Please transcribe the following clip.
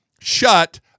shut